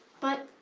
but,